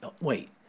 wait